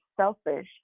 selfish